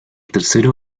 tercero